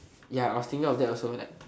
ya I was thinking of that also like